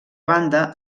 banda